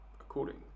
according